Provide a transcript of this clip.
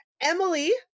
Emily